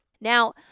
Now